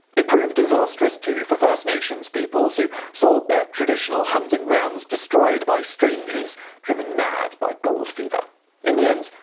it proved disastrous, too, for first nations peoples, who saw their traditional hunting grounds destroyed by strangers driven mad by gold fever in the end,